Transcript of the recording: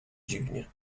dziwnie